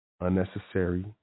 unnecessary